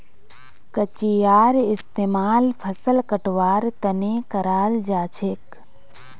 कचियार इस्तेमाल फसल कटवार तने कराल जाछेक